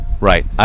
Right